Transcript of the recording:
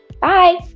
Bye